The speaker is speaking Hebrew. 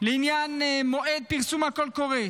לעניין מועד פרסום הקול קורא,